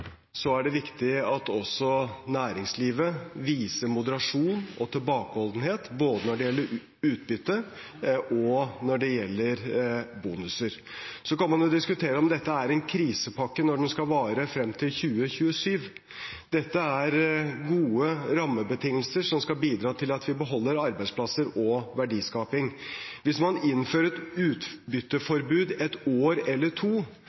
Så kan man diskutere om dette er en krisepakke når den skal vare frem til 2027. Dette er gode rammebetingelser som skal bidra til at vi beholder arbeidsplasser og verdiskaping. Hvis man innfører et utbytteforbud et år eller to,